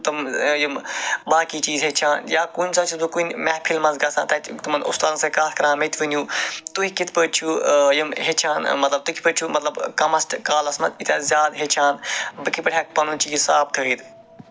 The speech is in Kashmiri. تٔمۍ ییٚمہٕ باقٕے چیٖز ہٮ۪چھان یا کُنہِ ساتہٕ چھُس بہٕ کُنہِ محفِلی منٛز گژھان تَتہِ أمَن اُستادَن سۭتۍ کَتھ کران مےٚ تہِ ؤنِو تُہۍ کِتھ کٔنۍ چھِ یِم ہٮ۪چھان مطلب تُہۍ کِتھ کٔنۍ چھِو مطلب کَمَس کَلاس منٛز ہٮ۪کان زیادٕ ہٮ۪چھَان بہٕ کِتھۍ پٲٹھی ہٮ۪کہٕ پَنُن چیٖز صاف کٔرِتھ